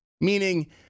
meaning